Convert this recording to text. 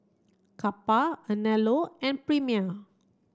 Kappa Anello and Premier